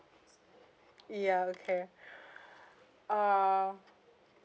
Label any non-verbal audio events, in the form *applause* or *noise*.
ya okay *breath* ah